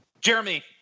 jeremy